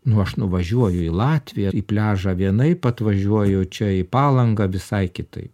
nu aš nuvažiuoju į latviją į pliažą vienaip atvažiuoju čia į palangą visai kitaip